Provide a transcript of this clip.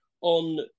on